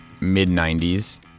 mid-90s